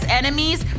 enemies